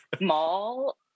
mall